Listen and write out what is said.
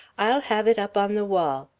i'll have it up on the wall.